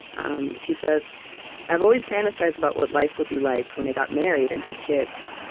um she says i have always fantasized about what life would be like when i got married and had kids.